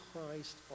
Christ